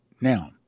Now